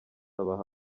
abaha